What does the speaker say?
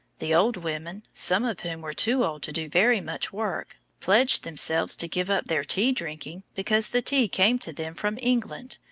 the old women, some of whom were too old to do very much work, pledged themselves to give up their tea-drinking because the tea came to them from england,